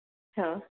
હં